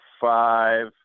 five